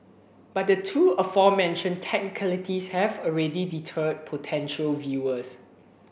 but the two aforementioned technicalities have already deterred potential viewers